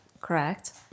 correct